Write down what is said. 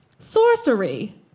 Sorcery